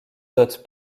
dote